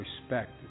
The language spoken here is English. respect